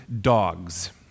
dogs